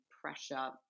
pressure